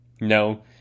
No